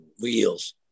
wheels